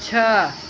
छः